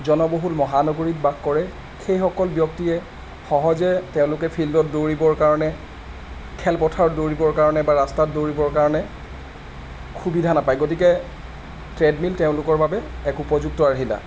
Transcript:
জনবহুল মহানগৰীত বাস কৰে সেইসকল ব্যক্তিয়ে সহজে তেওঁলোকে ফিল্ডত দৌৰিবৰ কাৰণে খেলপথাৰত দৌৰিবৰ কাৰণে বা ৰাস্তাত দৌৰিবৰ কাৰণে সুবিধা নাপায় গতিকে ট্ৰেডমিল তেওঁলোকৰ বাবে এক উপযুক্ত আহিলা